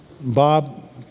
Bob